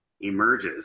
emerges